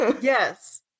Yes